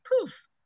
poof